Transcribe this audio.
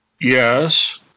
Yes